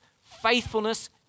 faithfulness